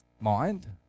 mind